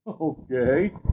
Okay